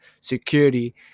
security